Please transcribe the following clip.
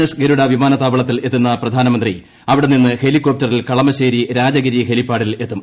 S Garuda വിമാനത്താവളത്തിലെത്തുന്ന പ്രധാനമന്ത്രി അവിടെ നിന്ന് ഹെലികോപ്റ്ററിൽ കളമശ്ശേരി രാജഗിരി ഹെലിപ്പാഡിലെത്തും